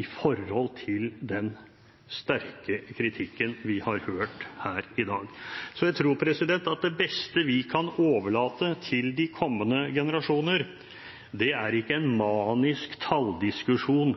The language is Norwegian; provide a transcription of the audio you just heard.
i forhold til den sterke kritikken vi har hørt her i dag. Så jeg tror at det beste vi kan overlate til de kommende generasjoner, er ikke en manisk talldiskusjon